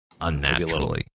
unnaturally